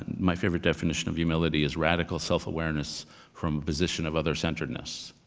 my favorite definition of humility is radical self-awareness from a position of other centeredness.